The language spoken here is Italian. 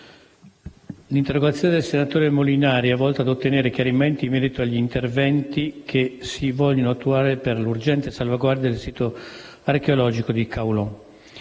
l'interrogazione del senatore Molinari è volta a ottenere chiarimenti in merito agli interventi che si vogliono attuare per l'urgente salvaguardia del sito archeologico di Kaulon.